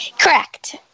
Correct